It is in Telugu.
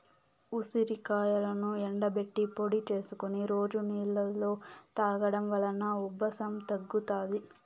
ఉసిరికాయలను ఎండబెట్టి పొడి చేసుకొని రోజు నీళ్ళలో తాగడం వలన ఉబ్బసం తగ్గుతాది